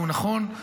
והוא נכון,